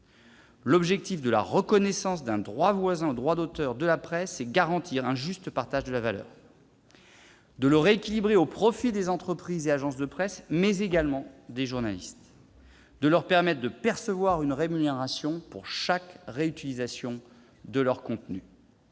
L'objectif de la reconnaissance d'un droit voisin de la presse est de garantir un juste partage de la valeur, de le rééquilibrer au profit des entreprises et agences de presse, mais également des journalistes, et de leur permettre de percevoir une rémunération pour chaque réutilisation de leurs contenus.